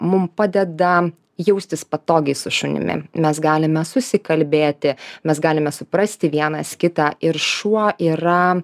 mum padeda jaustis patogiai su šunimi mes galime susikalbėti mes galime suprasti vienas kitą ir šuo yra